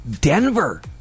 Denver